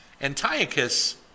Antiochus